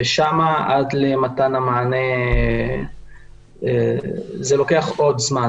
ושם עד למתן המענה זה לוקח עוד זמן.